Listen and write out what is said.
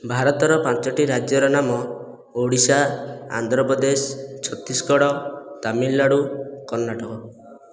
ଭାରତର ପାଞ୍ଚଟି ରାଜ୍ୟର ନାମ ଓଡ଼ିଶା ଆନ୍ଧ୍ରପ୍ରଦେଶ ଛତିଶଗଡ଼ ତାମିଲନାଡ଼ୁ କର୍ଣ୍ଣାଟକ